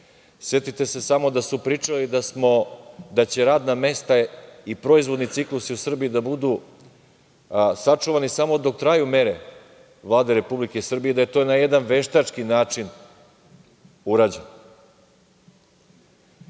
Setite se samo da su pričali da će radna mesta i proizvodni ciklusi u Srbiji da budu sačuvani samo dok traju mere Vlade Republike Srbije i da je to na jedan veštački način urađeno,